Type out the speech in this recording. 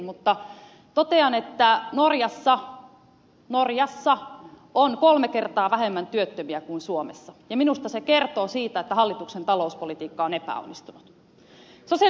mutta totean että norjassa on kolme kertaa vähemmän työttömiä kuin suomessa ja minusta se kertoo siitä että hallituksen talouspolitiikka on epäonnistunut